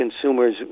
consumers